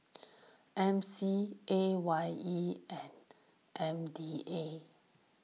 M C A Y E and M D A